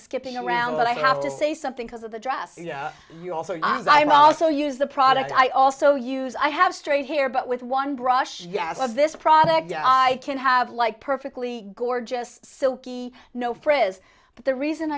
skipping around but i have to say something because of the dress you also as i also use the product i also use i have straight hair but with one brush yes this product i can have like perfectly gorgeous silky no friends but the reason